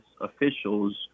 officials